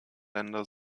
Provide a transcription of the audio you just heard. länder